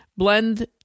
Blend